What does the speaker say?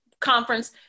conference